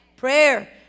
Prayer